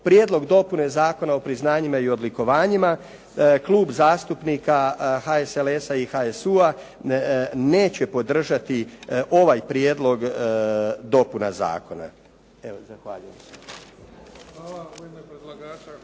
Prijedlog dopune Zakona o priznanjima i odlikovanjima, Klub zastupnika HSLS-a i HSU-a neće podržati ovaj prijedlog dopune zakona. Evo, zahvaljujem.